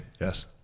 Yes